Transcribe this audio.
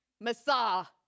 Massa